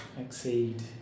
exceed